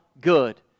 good